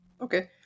Okay